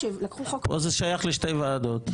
פה זה שייך לשתי ועדות.